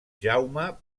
jaume